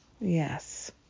Yes